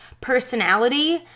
personality